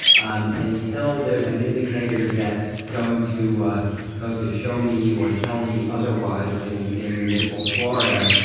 um until there's an indicator that's going to ah going to show me or tell me otherwise in in naples, florida.